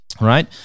right